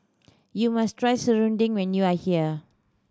you must try serunding when you are here